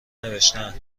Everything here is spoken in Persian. نوشتهاند